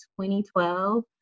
2012